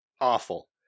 Awful